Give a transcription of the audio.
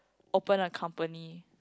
open a company